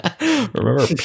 Remember